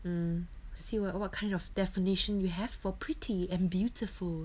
mm see what what kind of definition you have for pretty and beautiful